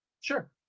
Sure